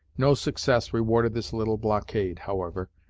no success rewarded this little blockade, however,